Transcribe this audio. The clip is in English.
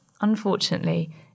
unfortunately